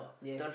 yes